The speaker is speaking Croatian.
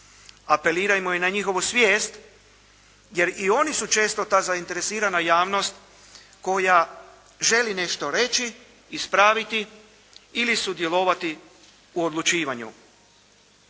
Apelirajmo i na njihovu svijest, jer i oni su često ta zainteresirana javnost koja želi nešto reći, ispraviti ili sudjelovati u odlučivanju.